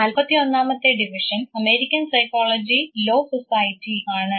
41 മത്തെ division American psychology law society ആണ്